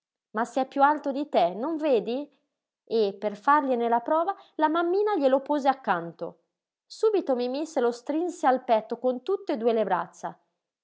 ma se è piú alto di te non vedi e per fargliene la prova la mammina glielo pose accanto subito mimí se lo strinse al petto con tutte e due le braccia